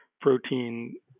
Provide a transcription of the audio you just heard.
protein